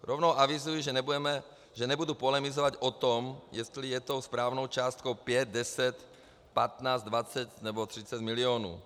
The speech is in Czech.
Rovnou avizuji, že nebudu polemizovat o tom, jestli je tou správnou částkou 5, 10, 15, 20 nebo 30 milionů.